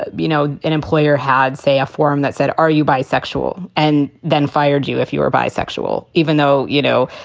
but you know, an employer had, say, a forum that said, are you bisexual and then fired you if you were bisexual, even though, you know,